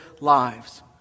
lives